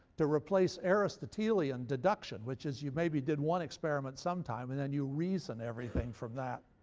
to replace aristotelian deduction, which is you maybe did one experiment sometime, and then you reason everything from that.